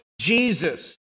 Jesus